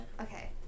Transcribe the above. Okay